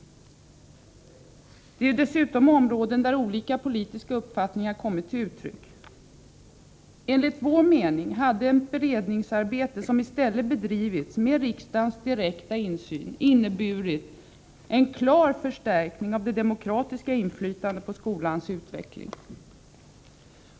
Det är dessutom områden där olika politiska uppfattningar kommit till uttryck. Enligt vår mening hade ett beredningsarbete som i stället bedrivits med riksdagens direkta insyn inneburit en klar förstärkning av det demokratiska inflytandet på skolans utveckling.